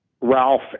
Ralph